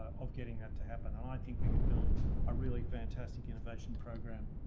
of getting that to happen. and i think we could build a really fantastic innovation program.